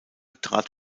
trat